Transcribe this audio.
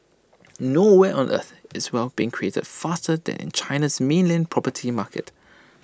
nowhere on earth is wealth being created faster than in China's mainland property market